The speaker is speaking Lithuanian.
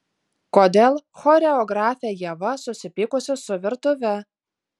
kodėl choreografė ieva susipykusi su virtuve